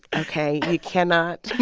ok. you cannot.